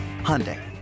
Hyundai